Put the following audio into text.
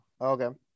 Okay